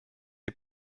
est